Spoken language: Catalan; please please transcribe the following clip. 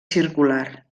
circular